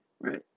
right